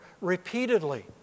repeatedly